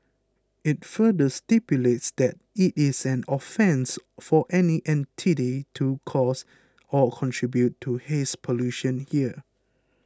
it further stipulates that it is an offence for any entity to cause or contribute to haze pollution here